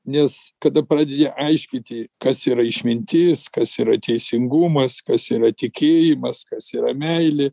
nes kada pradedi aiškinti kas yra išmintis kas yra teisingumas kas yra tikėjimas kas yra meilė